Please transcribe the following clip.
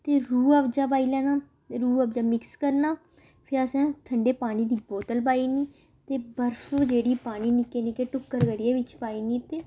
ते रूह अफ्जा पाई लैना ते रूह अफ्जा मिक्स करना फिर असें ठंडे पानी दी बोतल पाई ओड़नी ते बर्फ जेह्ड़ी पानी निक्के निक्के टुक्कर करियै बिच्च पाई ओड़नी ते